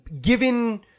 given